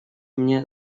мне